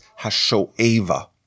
Hasho'eva